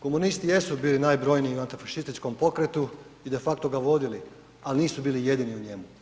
Komunisti jesu bili najbrojniji u antifašističkom pokretu i de facto ga vodili ali nisu bili jedini u njemu.